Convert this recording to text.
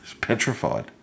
petrified